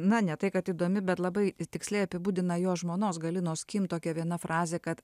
na ne tai kad įdomi bet labai tiksliai apibūdina jo žmonos galinos kim tokia viena frazė kad